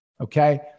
okay